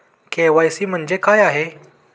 KYC म्हणजे काय आहे?